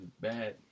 Bad